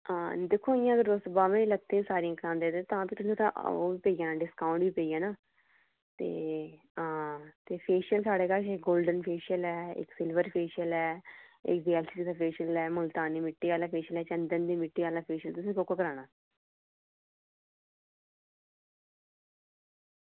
दिक्खो इ'यां अगर तुस बाह्में लत्तें ई सारी करांदे तां ते तुंदे ओह् पेई जाना डिस्काऊंट बी पेई जाना ते हां ते फेशियल साढ़े कश ऐ गोल्डन फेशियल ऐ इक सिल्वर फेशियल ऐ इक जैल्ल आह्ला फेशियल ऐ मुल्तानी मिट्टी आह्ला फेशियल ऐ चंदन दी मिट्टी आह्ला फेशियल ऐ तुसें कोह्का कराना